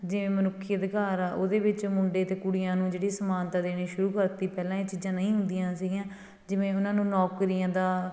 ਜਿਵੇਂ ਮਨੁੱਖੀ ਅਧਿਕਾਰ ਆ ਉਹਦੇ ਵਿੱਚ ਮੁੰਡੇ ਅਤੇ ਕੁੜੀਆਂ ਨੂੰ ਜਿਹੜੀ ਸਮਾਨਤਾ ਦੇਣੀ ਸ਼ੁਰੂ ਕਰਤੀ ਪਹਿਲਾਂ ਇਹ ਚੀਜ਼ਾਂ ਨਹੀਂ ਹੁੰਦੀਆਂ ਸੀਗੀਆਂ ਜਿਵੇਂ ਉਹਨਾਂ ਨੂੰ ਨੌਕਰੀਆਂ ਦਾ